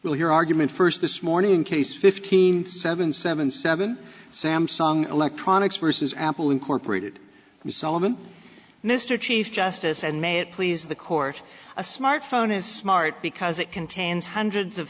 hear argument first this morning in case fifteen seven seven seven samsung electronics versus apple incorporated solomon mr chief justice and may it please the court a smartphone is smart because it contains hundreds of